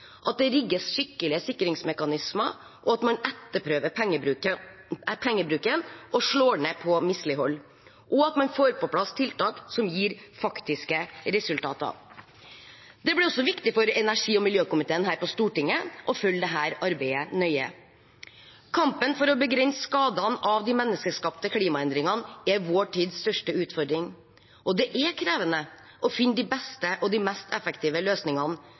at det rigges skikkelige sikringsmekanismer, at man etterprøver pengebruken og slår ned på mislighold, og at man får på plass tiltak som gir faktiske resultater. Det blir også viktig for energi- og miljøkomiteen her på Stortinget å følge dette arbeidet nøye. Kampen for å begrense skadene av de menneskeskapte klimaendringene er vår tids største utfordring, og det er krevende å finne de beste og mest effektive løsningene,